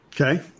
Okay